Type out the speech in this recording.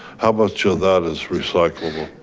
how much of that is recyclable?